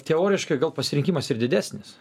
teoriškai gal pasirinkimas ir didesnis